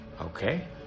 okay